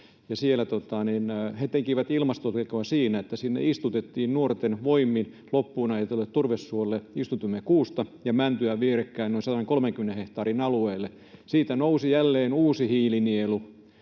he tekivät ilmastotekoa siinä, että sinne istutimme nuorten voimin loppuunajetulle turvesuolle kuusta ja mäntyä vierekkäin noin 130 hehtaarin alueelle. Siitä nousi jälleen uusi hiilinielu,